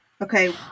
Okay